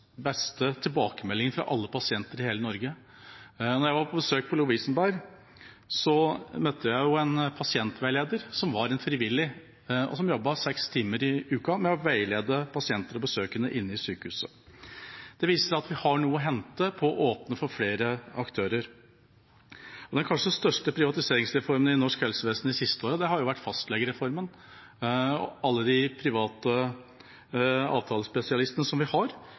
pasientveileder som var en frivillig, og som jobbet seks timer i uka med å veilede pasienter og besøkende inne på sykehuset. Det viste seg at vi har noe å hente på å åpne for flere aktører. Men den kanskje største privatiseringsreformen i norsk helsevesen de siste årene har vært fastlegereformen og alle de private avtalespesialistene som vi har